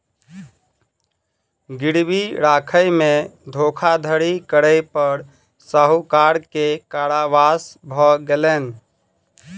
गिरवी राखय में धोखाधड़ी करै पर साहूकार के कारावास भ गेलैन